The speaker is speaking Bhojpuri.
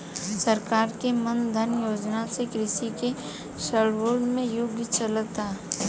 सरकार के मान धन योजना से कृषि के स्वर्णिम युग चलता